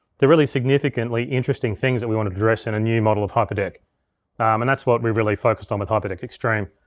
they're really significantly interesting things that we wanna address in a new model of hyperdeck and that's what we really focused on with hyperdeck extreme.